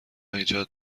ایجاد